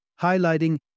highlighting